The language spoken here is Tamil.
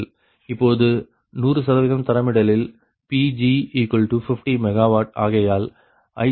இப்பொழுது 100 தரமிடலில் Pg50 MW ஆகையால் IC20